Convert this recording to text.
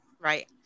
Right